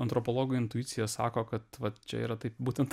antropologo intuicija sako kad vat čia yra taip būtent